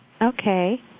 Okay